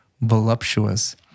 voluptuous